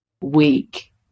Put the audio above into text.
week